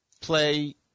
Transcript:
play